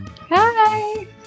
Hi